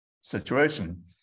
situation